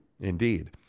Indeed